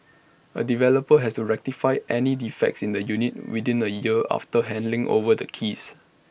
A developer has to rectify any defects in the units within A year after handing over the keys